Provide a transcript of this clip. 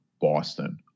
Boston